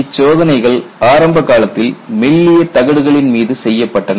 இச்சோதனைகள் ஆரம்ப காலத்தில் மெல்லிய தகடுகளின் மீது செய்யப்பட்டன